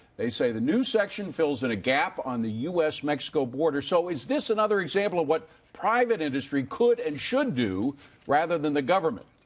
they say the new section fills in a gap on the u s. mexico border so is this another example of what private industry could and should do rather than the government?